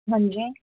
ਹਾਂਜੀ